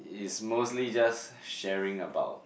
is mostly just sharing about